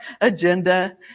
agenda